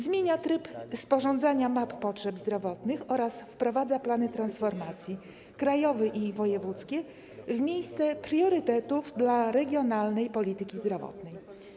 Zmienia tryb sporządzania map potrzeb zdrowotnych oraz wprowadza plany transformacji, krajowy i wojewódzkie, w miejsce priorytetów dla regionalnej polityki zdrowotnej.